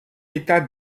état